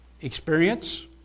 experience